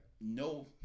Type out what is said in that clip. no